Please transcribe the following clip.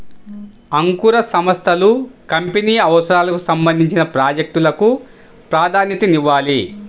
అంకుర సంస్థలు కంపెనీ అవసరాలకు సంబంధించిన ప్రాజెక్ట్ లకు ప్రాధాన్యతనివ్వాలి